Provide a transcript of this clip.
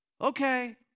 Okay